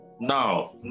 Now